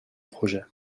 projet